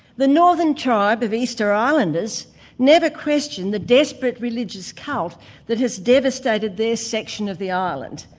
the northern tribe of easter islanders never question the desperate religious cult that has devastated their section of the island,